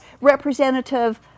representative